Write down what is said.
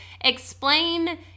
explain